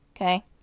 Okay